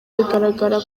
bigaragara